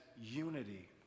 unity